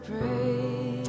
pray